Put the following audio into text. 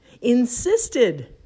insisted